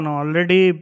already